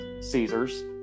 Caesar's